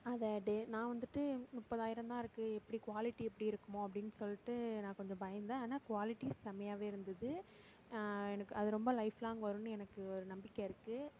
அதை டே நான் வந்துட்டு முப்பதாயிரம் தான் இருக்குது எப்படி குவாலிட்டி எப்படி இருக்குமோ அப்படின் சொல்லிட்டு நான் கொஞ்சம் பயந்தேன் ஆனால் குவாலிட்டி செமையாகவே இருந்தது எனக்கு அது ரொம்ப லைஃப் லாங் வரும்ன்னு எனக்கு ஒரு நம்பிக்கை இருக்குது